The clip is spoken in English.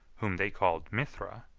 whom they called mithra,